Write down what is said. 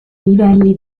livelli